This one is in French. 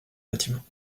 bâtiment